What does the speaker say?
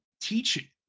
teach